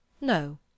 No